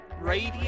Radio